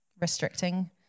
restricting